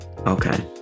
okay